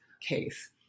case